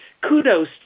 kudos